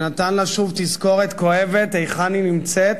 שנתן לה שוב תזכורת כואבת היכן היא נמצאת,